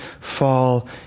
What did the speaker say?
fall